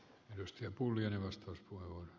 jos joku lihasta uskoa